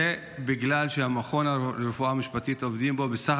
זה בגלל שבמכון לרפואה משפטית עובדים בסך